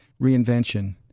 reinvention